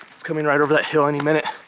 it's coming right over that hill any minute.